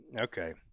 Okay